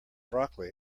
broccoli